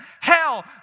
hell